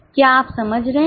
क्या आप समझ रहे हैं